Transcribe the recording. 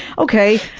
okay,